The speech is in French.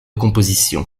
composition